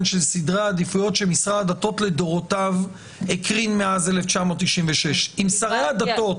של סדרי עדיפויות של משרד הדתות לדורותיו מאז 1996. אם שרי הדתות